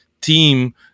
team